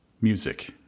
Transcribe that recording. music